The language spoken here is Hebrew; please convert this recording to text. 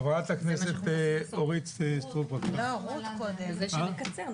חברת הכנסת אורית סטרוק, בבקשה.